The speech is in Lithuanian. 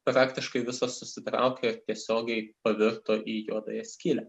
praktiškai visos susitraukė ir tiesiogiai pavirto į juodąją skylę